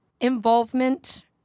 involvement